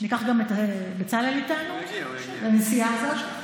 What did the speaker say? ניקח גם את בצלאל איתנו לנסיעה הזאת.